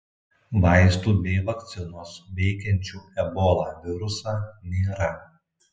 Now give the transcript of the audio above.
vaistų bei vakcinos veikiančių ebola virusą nėra